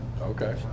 Okay